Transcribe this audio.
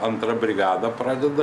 antra brigada pradeda